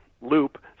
loop